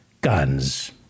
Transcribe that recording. guns